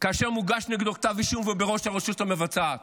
כאשר מוגש כתב אישום נגד ראש הרשות המבצעת.